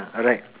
ha alright